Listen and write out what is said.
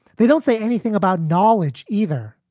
they don't say anything about knowledge either.